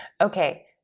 Okay